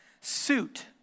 suit